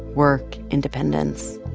work, independence.